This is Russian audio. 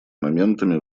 моментами